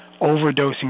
overdosing